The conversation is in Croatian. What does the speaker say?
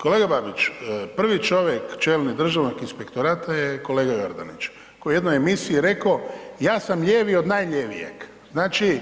Kolega Babić, prvi čovjek čelnog Državnog inspektorata je kolega Jordanić koji je u jednoj emisiji rekao ja sam lijevi od najlijevijeg, znači